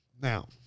Now